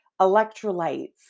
electrolytes